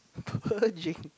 purging